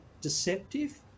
deceptive